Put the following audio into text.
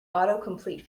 autocomplete